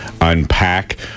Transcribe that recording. unpack